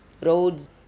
roads